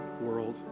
world